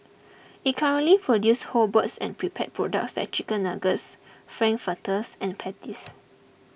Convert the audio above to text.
it currently produces whole birds and prepared products like Chicken Nuggets Frankfurters and Patties